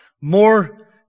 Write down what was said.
more